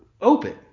open